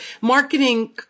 marketing